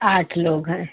आठ लोग हैं